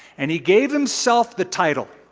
and he gave himself the title.